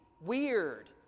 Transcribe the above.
weird